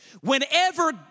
Whenever